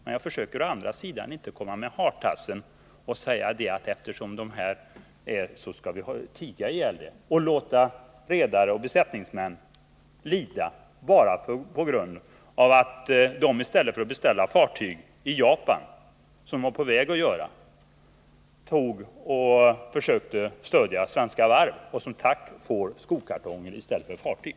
Men jag försöker å andra sidan inte släta över med hartassen och säga att man, eftersom bestämmelserna gällde tidigare, skall låta redare och besättningsmän lida på grund av att de i stället för att beställa fartyg i Japan, som de var på väg att göra, försökte stödja Svenska Varv och som tack får skokartonger i stället för fartyg.